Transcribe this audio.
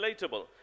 relatable